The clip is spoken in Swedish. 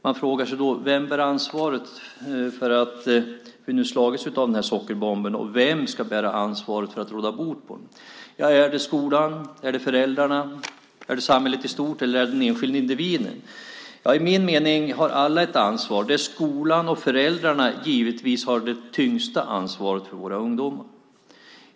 Man frågar sig vem som bär ansvaret för att vi drabbats av sockerbomben och vem som ska bära ansvaret för att råda bot mot den. Är det skolan? Är det föräldrarna? Är det samhället i stort? Eller är det den enskilde individen? Enligt min mening har alla ett ansvar. Skolan och föräldrarna har givetvis det tyngsta ansvaret för våra ungdomar.